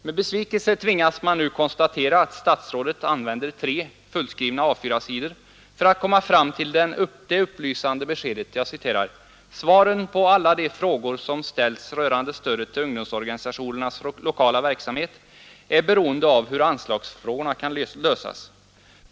Med besvikelse tvingas man nu konstatera att statsrådet använder tre fullskrivna A4-sidor för att komma fram till följande upplysande besked: ”Svaren på alla de frågor som ställts rörande stödet till ungdomsorganisationernas lokala verksamhet är beroende av hur anlagsfrågorna kan lösas.